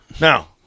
Now